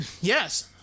Yes